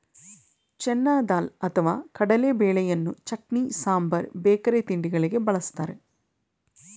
ಚೆನ್ನ ದಾಲ್ ಅಥವಾ ಕಡಲೆಬೇಳೆಯನ್ನು ಚಟ್ನಿ, ಸಾಂಬಾರ್ ಬೇಕರಿ ತಿಂಡಿಗಳಿಗೆ ಬಳ್ಸತ್ತರೆ